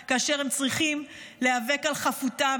כאשר הם צריכים להיאבק על חפותם.